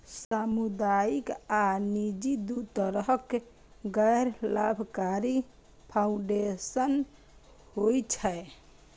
सामुदायिक आ निजी, दू तरहक गैर लाभकारी फाउंडेशन होइ छै